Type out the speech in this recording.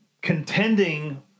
contending